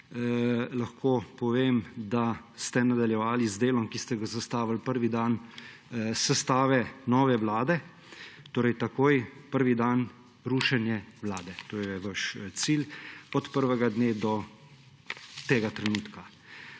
lahko povem, da ste nadaljevali z delom, ki ste ga zastavili prvi dan sestave nove vlade; torej takoj prvi dan rušenje Vlade. To je vaš cilj od prvega dne do tega trenutka.